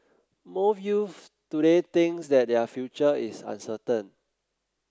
most youths today thinks that their future is uncertain